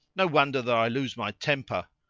no wonder that i lose my temper!